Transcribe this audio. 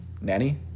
Nanny